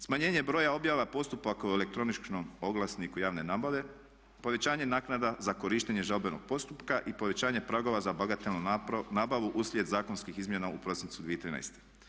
Smanjenje broja objava postupaka u elektroničkom oglasniku javne nabave, povećanje naknada za korištenje žalbenog postupka i povećanje pragova za bagatelnu nabavu uslijed zakonskih izmjena u prosincu 2013.